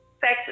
sex